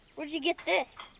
where'd you get this?